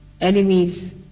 enemies